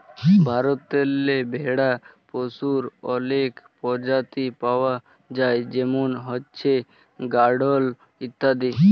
ভারতেল্লে ভেড়া পশুর অলেক পরজাতি পাউয়া যায় যেমল হছে গাঢ়ল ইত্যাদি